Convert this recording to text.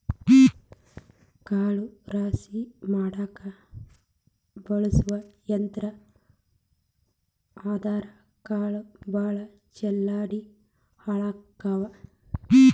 ಕಾಳ ರಾಶಿ ಮಾಡಾಕ ಬಳಸು ಯಂತ್ರಾ ಆದರಾ ಕಾಳ ಭಾಳ ಚಲ್ಲಾಡಿ ಹಾಳಕ್ಕಾವ